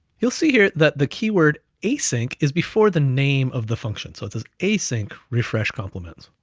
you'll see here that the keyword async is before the name of the function. so it says async refresh compliments.